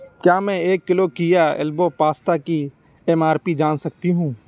کیا میں ایک کیلو کیا ایلبو پاستا کی ایم آر پی جان سکتی ہوں